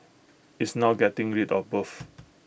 it's now getting rid of both